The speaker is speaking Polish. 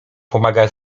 pomaga